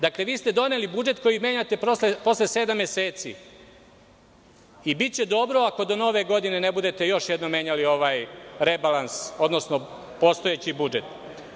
Dakle, vi ste doneli budžet koji menjate posle sedam meseci, i biće dobro ako do Nove godine ne budete još jednom menjali ovaj rebalans, odnosno postojeći budžet.